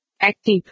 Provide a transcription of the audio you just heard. Active